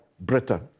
Britain